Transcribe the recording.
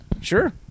sure